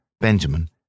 Benjamin